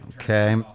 okay